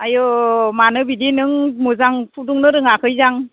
आय' मानो बिदि नों मोजां फुदुंनो रोङाखैदां